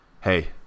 Hey